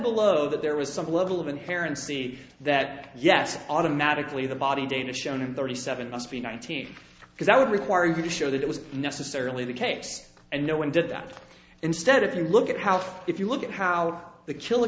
below that there was some level of inherent see that yes automatically the body data shown in thirty seven must be nineteen because that would require you to show that it was necessarily the case and no one did that instead if you look at health if you look at how the kil